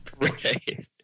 Right